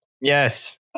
Yes